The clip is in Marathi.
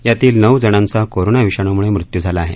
यातील नऊ जणांचा कोरोना विषाणूमुळे मृत्यू झाला आहे